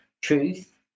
truth